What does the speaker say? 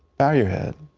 bow your head.